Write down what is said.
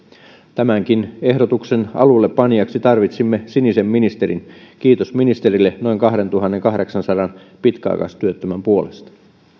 tämänkin ehdotuksen alullepanijaksi tarvitsimme sinisen ministerin kiitos ministerille noin kahdentuhannenkahdeksansadan pitkäaikaistyöttömän puolesta